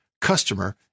customer